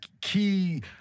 key –